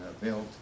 built